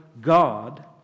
God